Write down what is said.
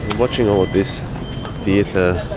watching all of this theatre,